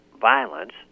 violence